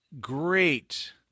great